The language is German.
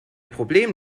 problem